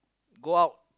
go out